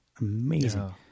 amazing